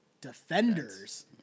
defenders